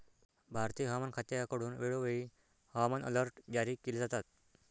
भारतीय हवामान खात्याकडून वेळोवेळी हवामान अलर्ट जारी केले जातात